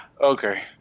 Okay